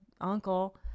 uncle